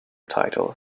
title